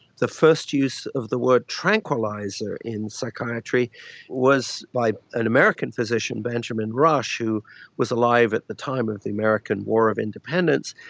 the first use of the word tranquilliser in psychiatry was by an american physician, benjamin rush, who was alive at the time of the american war of independence.